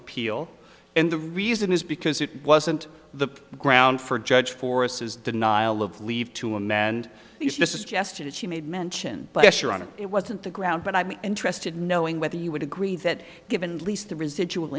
appeal and the reason is because it wasn't the ground for judge forces denial of leave to him and he's just yesterday she made mention last year on it it wasn't the ground but i'm interested in knowing whether you would agree that given least the residual